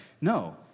no